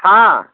हँ